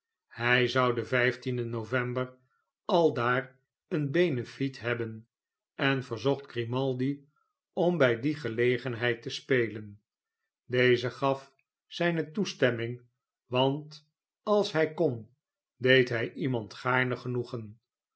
hij zou den den november aldaar een beneflet hebben en verzocht grimaldi om by die gelegenheid te spelen deze gaf zijne toestemming want als hij kon deed hij iemand gaarne genoegen